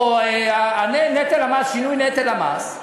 או שינוי נטל המס,